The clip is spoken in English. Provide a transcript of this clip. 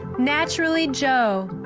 naturally jo.